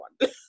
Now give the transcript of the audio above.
one